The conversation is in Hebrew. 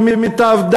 ב"מיטב",